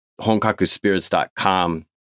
HonkakuSpirits.com